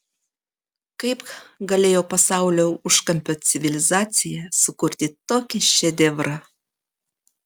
kaip galėjo pasaulio užkampio civilizacija sukurti tokį šedevrą